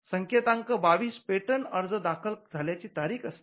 संकेतांक २२ पेटंट अर्ज दाखल झाल्याची तारीख असते